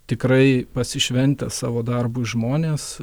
tikrai pasišventę savo darbui žmonės